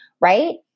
right